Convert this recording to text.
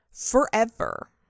Forever